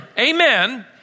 Amen